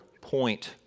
point